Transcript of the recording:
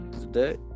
Today